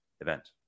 event